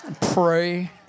pray